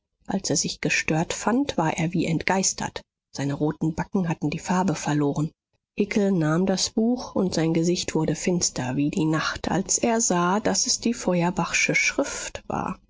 als er sich gestört fand war er wie entgeistert seine roten backen hatten die farbe verloren hickel nahm das buch und sein gesicht wurde finster wie die nacht als er sah daß es die feuerbachsche schrift war